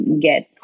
get